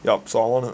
yup so I want to